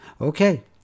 Okay